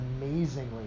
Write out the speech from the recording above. amazingly